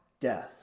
death